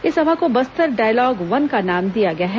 इस सभा को बस्तर डायलॉग वन का नाम दिया गया है